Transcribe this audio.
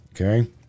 okay